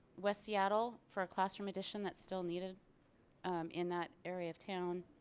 west seattle for a classroom edition that's still needed in that area of town.